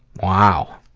wow.